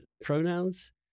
pronouns